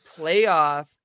playoff